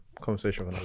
conversation